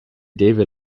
david